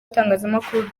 itangazamakuru